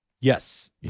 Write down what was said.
Yes